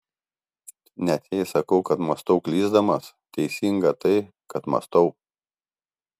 net jei sakau kad mąstau klysdamas teisinga tai kad mąstau